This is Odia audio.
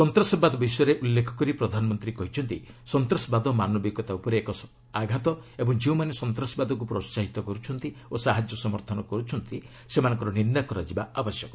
ସନ୍ତାସବାଦ ବିଷୟରେ ଉଲ୍ଲେଖ କରି ପ୍ରଧାନମନ୍ତ୍ରୀ କହିଛନ୍ତି ସନ୍ତାସବାଦ ମାନବିକତା ଉପରେ ଏକ ଆଘାତ ଓ ଯେଉଁମାନେ ସନ୍ତାସବାଦକୁ ପ୍ରୋହାହିତ କର୍ରଛନ୍ତି ଓ ସାହାଯ୍ୟ ସମର୍ଥନ କର୍ରଛନ୍ତି ସେମାନଙ୍କର ନିନ୍ଦା କରାଯିବା ଆବଶ୍ୟକ